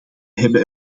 hebben